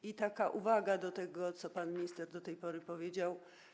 I taka uwaga do tego, co pan minister do tej pory powiedział.